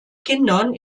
kindern